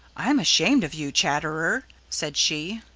i'm ashamed of you, chatterer, said she.